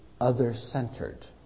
other-centered